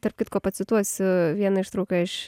tarp kitko pacituosiu vieną ištrauką iš